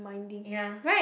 ya